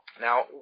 Now